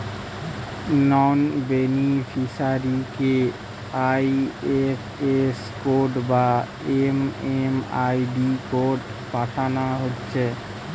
নন বেনিফিসিয়ারিকে IFS code বা MMID code পাঠানা হচ্ছে